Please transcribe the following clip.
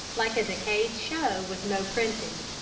like a decayed show with no printing.